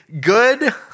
good